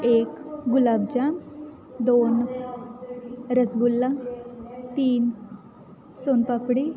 एक गुलाबजाम दोन रसगुल्ला तीन सोनपापडी